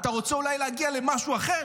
אתה רוצה אולי להגיע למשהו אחר?